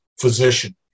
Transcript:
physician